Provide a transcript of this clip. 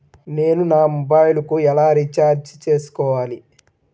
నేను నా మొబైల్కు ఎలా రీఛార్జ్ చేసుకోవాలి?